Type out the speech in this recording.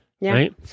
right